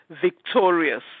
victorious